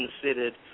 considered